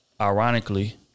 ironically